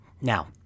Now